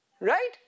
Right